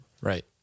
Right